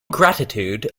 gratitude